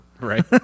Right